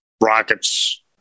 rockets